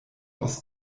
aus